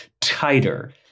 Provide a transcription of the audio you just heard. tighter